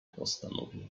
postanowienia